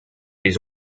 les